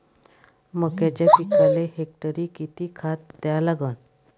मक्याच्या पिकाले हेक्टरी किती खात द्या लागन?